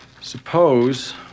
Suppose